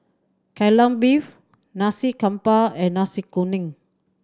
Kai Lan Beef Nasi Campur and Nasi Kuning